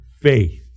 faith